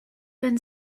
been